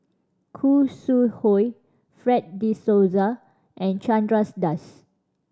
Khoo Sui Hoe Fred De Souza and Chandra Das